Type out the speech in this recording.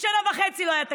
שנה וחצי לא היה תקציב.